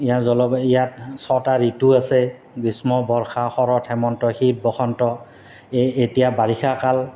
ইয়াৰ জলবায়ু ইয়াত ছটা ঋতু আছে গ্ৰীষ্ম বৰ্ষা শৰৎ হেমন্ত শীত বসন্ত এই এতিয়া বাৰিষা কাল